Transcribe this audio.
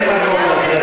אין מקום לזה.